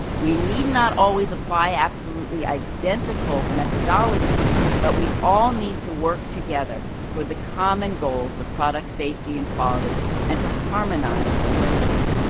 we need not always apply absolutely identical methodologies but we all need to work together for the common goal of product safety and quality and to harmonise approaches.